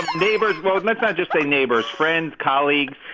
neighbors well, let's not just say neighbors friends, colleagues.